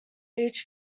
each